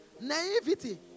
naivety